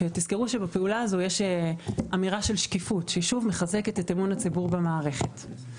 תזכרו שבפעולה הזאת יש אמירה של שקיפות שמחזקת את אמון הציבור במערכת.